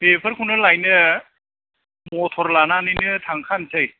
बेफोरखौनो लायनो मटर लानानैनो थांखानोसै